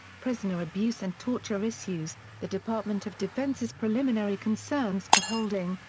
prisoner abuse and torture issues the department of defense's preliminary concerns for holding,